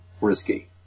risky